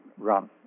run